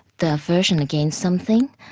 the aversion against something,